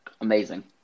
Amazing